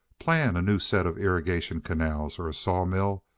plan a new set of irrigation canals, or a sawmill,